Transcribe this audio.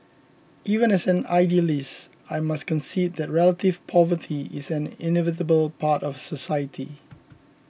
even as an idealist I must concede the relative poverty is an inevitable part of society